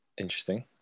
interesting